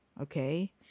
okay